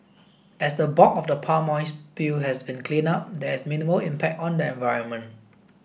as the bulk of the palm oil spill has been cleaned up there is minimal impact on the environment